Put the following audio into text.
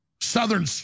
southern